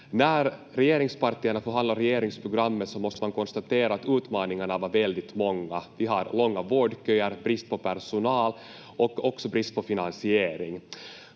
När regeringspartierna förhandlade om regeringsprogrammet så måste man konstatera att utmaningarna var väldigt många. Vi har långa vårdköer, brist på personal och också brist på finansiering.